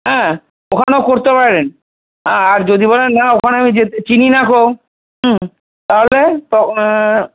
হ্যাঁ ওখানেও করতে পারেন হ্যাঁ আর যদি বলেন না ওখানে আমি চিনি নাকো তাহলে